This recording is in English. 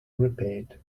repaired